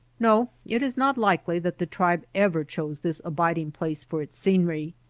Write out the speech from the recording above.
no it is not likely that the tribe ever chose this abiding place for its scenery.